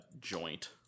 joint